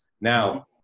Now